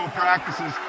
practices